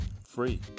free